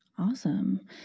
Awesome